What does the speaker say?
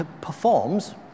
performs